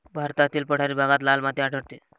भारतातील पठारी भागात लाल माती आढळते